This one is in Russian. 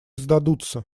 сдадутся